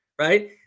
right